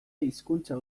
hizkuntza